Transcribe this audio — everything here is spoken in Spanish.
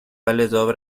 fueron